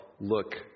look